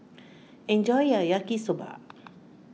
enjoy your Yaki Soba